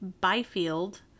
Byfield